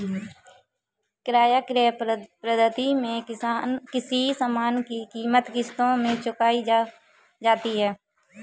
किराया क्रय पद्धति में किसी सामान की कीमत किश्तों में चुकाई जाती है